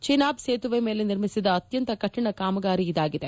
ಚಿನಾಬ್ ಸೇತುವೆ ಮೇಲೆ ನಿರ್ಮಿಸಿದ ಅತ್ಯಂತ ಕಠಿಣ ಕಾಮಗಾರಿ ಇದಾಗಿದೆ